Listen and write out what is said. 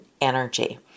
energy